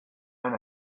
own